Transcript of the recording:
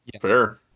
Fair